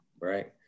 right